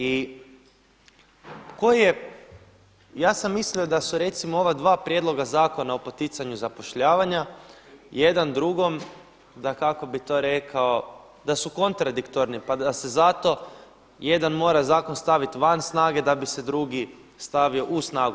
I ko je, ja sam mislio da su recimo ova dva prijedloga Zakona o poticanju zapošljavanja jedan drugom, da kako bi to rekao da su kontradiktorni pa da se zato jedan mora zakon staviti van snage da bi se drugi stavio u snagu.